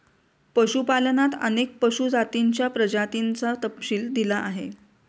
पशुपालनात अनेक पशु जातींच्या प्रजातींचा तपशील दिला आहे